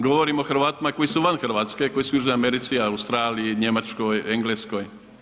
Govorim o Hrvatima koji su van Hrvatske, koji su u Americi, Australiji, Njemačkoj, Engleskoj.